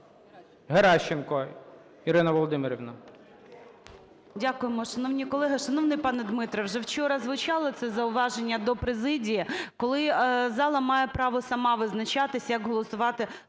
Геращенко Ірина Володимирівна.